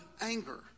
anger